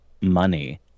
Money